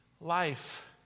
life